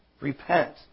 Repent